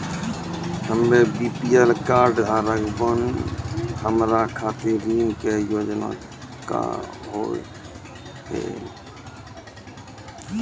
हम्मे BPL card धारक बानि हमारा खातिर ऋण के योजना का होव हेय?